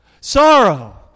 Sorrow